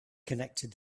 connected